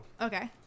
Okay